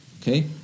Okay